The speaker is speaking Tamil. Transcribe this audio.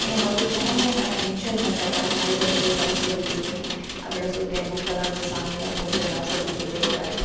ஏ ஒரு ஜாலியாக நல்லா என்ஜாய்மெண்ட்டோடய ஆயுத பூஜை சரஸ்வதி பூஜை அப்படிலாம் சொல்லிட்டு புக்கெல்லாம் வச்சி சாமிலாம் கும்பிட்டு சரஸ்வதி பூஜை அப்போ